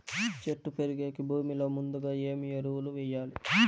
చెట్టు పెరిగేకి భూమిలో ముందుగా ఏమి ఎరువులు వేయాలి?